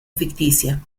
ficticia